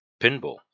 pinball